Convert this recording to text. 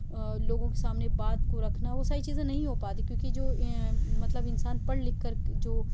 لوگوں کے سامنے بات کو رکھنا وہ ساری چیزیں نہیں ہو پاتیں کیونکہ جو مطلب انسان پڑھ لکھ کر جو